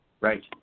Right